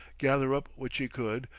gather up what she could,